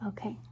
Okay